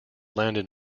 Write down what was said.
landed